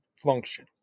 function